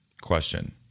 question